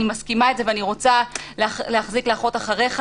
אני מסכימה עם זה ואני רוצה להחזיק להחרות אחריך